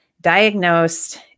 diagnosed